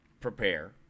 prepare